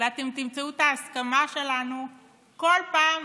ואתם תמצאו את ההסכמה שלנו בכל פעם